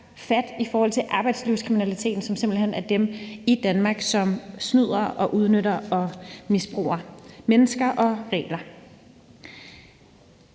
fat i forhold til arbejdslivskriminalitet, som simpelt hen er karakteriseret ved, at nogen i Danmark snyder, udnytter og misbruger mennesker og regler.